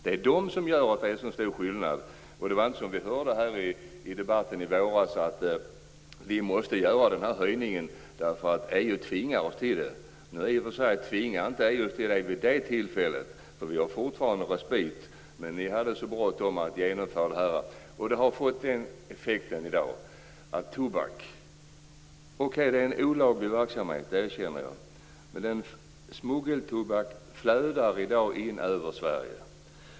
Det är de inhemska skatterna som gör att det är så stor skillnad. Det är alltså inte som man sade i debatten i våras, att vi måste genomföra den här höjningen därför att EU tvingar oss till det. EU tvingade oss inte till det vid det tillfället, utan vi har fortfarande respit, men ni hade ändå bråttom att genomföra höjningen. Effekten har blivit att smuggeltobak - okej, jag erkänner att det är fråga om en olaglig verksamhet - i dag flödar in i Sverige.